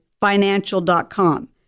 financial.com